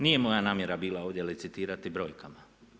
Nije moja namjera bila ovdje licitirati brojkama.